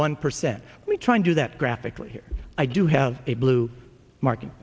one percent we try and do that graphically here i do have a blue mark in